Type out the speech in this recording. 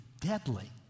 deadly